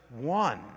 one